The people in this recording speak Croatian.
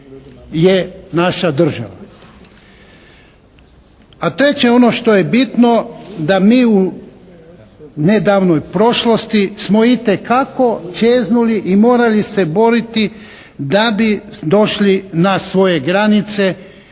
je naša država. A treće je ono što je bitno da mi u nedavnoj prošlosti smo itekako čeznuli i morali se boriti da bi došli na svoje granice